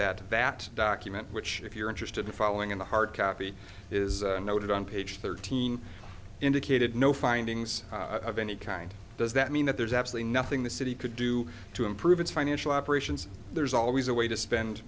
that that document which if you're interested in following in the hard copy is noted on page thirteen indicated no findings of any kind does that mean that there's absolutely nothing the city could do to improve its financial operations there's always a way to spend